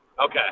Okay